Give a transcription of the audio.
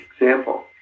example